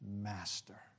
master